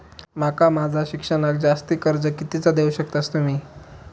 माका माझा शिक्षणाक जास्ती कर्ज कितीचा देऊ शकतास तुम्ही?